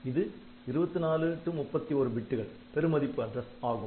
இது 24 31 பிட்டுகள் பெருமதிப்பு அட்ரஸ் ஆகும்